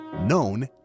known